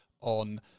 on